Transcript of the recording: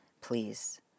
Please